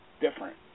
different